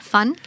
Fun